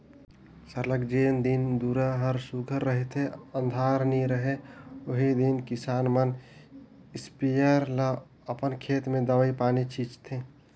सरलग जेन दिन दुरा हर सुग्घर रहथे अंधार नी रहें ओही दिन किसान मन इस्पेयर ले अपन खेत में दवई पानी छींचथें